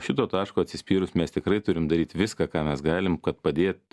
šito taško atsispyrus mes tikrai turim daryt viską ką mes galim kad padėt